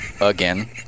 Again